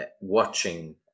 Watching